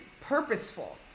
purposeful